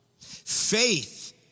Faith